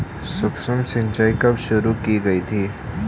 सूक्ष्म सिंचाई कब शुरू की गई थी?